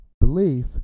belief